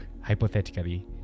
hypothetically